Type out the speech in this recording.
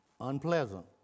unpleasant